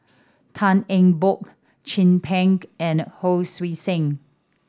Tan Eng Bock Chin Peng and Hon Sui Sen